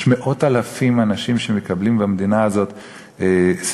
יש מאות אלפים של אנשים במדינה הזאת שמקבלים